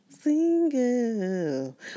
Single